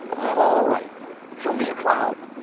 i'm all right show me a cloud.